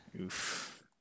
Oof